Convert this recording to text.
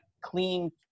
clean